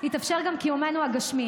מי שבנה והציל את מדינת ישראל במישור הגשמי,